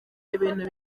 ibintu